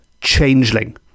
changeling